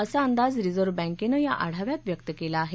असा अंदाज रिझर्व बॅंकेनं या आढाव्यात व्यक्त केला आहे